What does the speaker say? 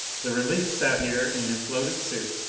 the relief sat here in his bloated suit,